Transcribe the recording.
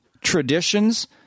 traditions